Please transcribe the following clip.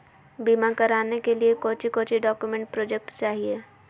बीमा कराने के लिए कोच्चि कोच्चि डॉक्यूमेंट प्रोजेक्ट चाहिए?